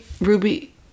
Ruby